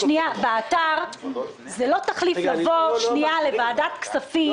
שנייה -- זה לא תחליף לבוא לוועדת הכספים -- רגע.